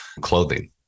clothing